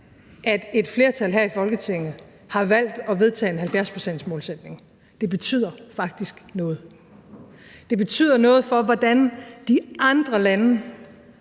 at et flertal her i Folketinget har valgt at vedtage en 70-procentsmålsætning. Det betyder faktisk noget. Det betyder noget for, hvordan de andre lande